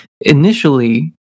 initially